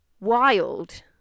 wild